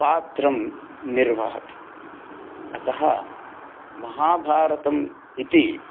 पात्रं निर्वहति अतः महाभारतम् इति